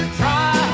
try